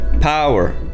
power